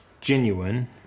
genuine